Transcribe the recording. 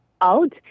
out